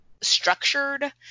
structured